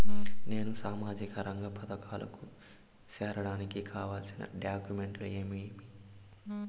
నేను సామాజిక రంగ పథకాలకు సేరడానికి కావాల్సిన డాక్యుమెంట్లు ఏమేమీ?